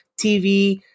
TV